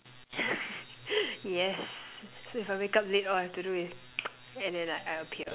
yes so if I wake up late all I have to do is and then I I'll appear